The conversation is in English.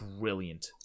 brilliant